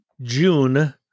june